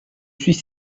suis